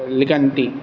लिकन्ति